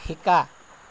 শিকা